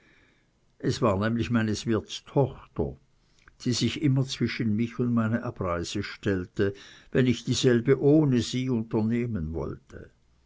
es war nämlich meines wirtes tochter die sich immer zwischen mich und meine abreise stellte wenn ich dieselbe ohne sie unternehmen wollte